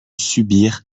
subir